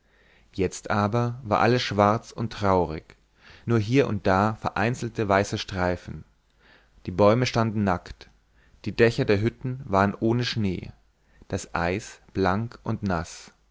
jetzt aber war alles schwarz und traurig nur hier und da vereinzelte weiße streifen die bäume standen nackt die dächer der hütten waren ohne schnee das eis blank und naß